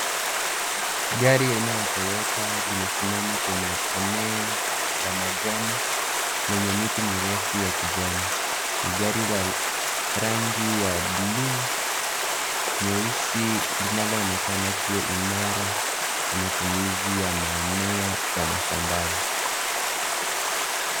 Gari aina ya Toyota limesimama kwenye eneo la majani yenye miti mirefu ya kijani. Ni gari la rangi ya buluu nyeusi linaloonekana kuwa imara kwa matumizi ya maeneo ya mashambani.